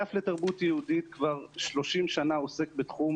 האגף לתרבות יהודית כבר 30 שנה עוסק בתחום